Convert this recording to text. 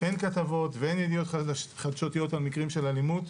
אין כתבות ואין ידיעות חדשותיות על מקרים של אלימות,